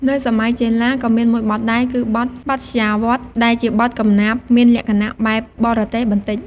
នៅសម័យចេនឡា ក៏មានមួយបទដែរគឺ បទបថ្យាវដ្ត ដែលជាបទកំណាព្យមានលក្ខណៈបែបបរទេសបន្តិច។